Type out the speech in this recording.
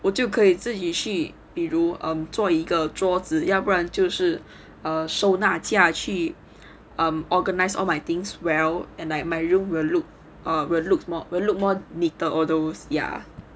我就可以自己去比如 um 做一个桌子要不然就是收纳架去 um organize all my things well and like my room will look will look more neater all those ya